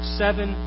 seven